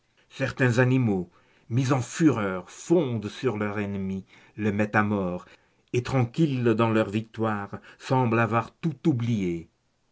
certains animaux mis en fureur fondent sur leur ennemi le mettent à mort et tranquilles dans leur victoire semblent avoir tout oublié